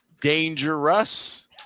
dangerous